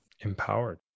Empowered